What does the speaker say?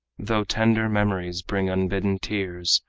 though tender memories bring unbidden tears,